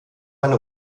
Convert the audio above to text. eine